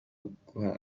guha